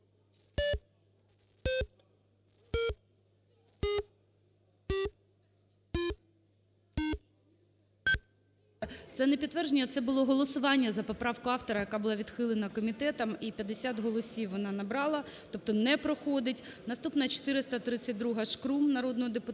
Це не підтвердження, це було голосування за поправку автора, яка була відхилена комітетом, і 50 голосів вона набрала. Тобто не проходить. Наступна – 432-а, Шкрум народного депутата.